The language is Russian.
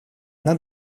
она